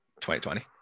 2020